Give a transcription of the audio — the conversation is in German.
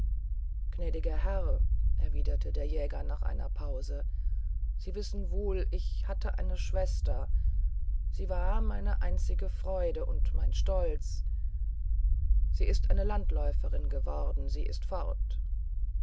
gnädiger herr erwiderte der jäger nach einer pause sie wissen wohl ich hatte eine schwester sie war meine einzige freude und mein stolz sie ist eine landläuferin geworden sie ist fort